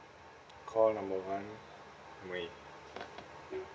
call number one M_O_E